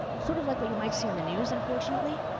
sort of like what you might see on the news, unfortunately,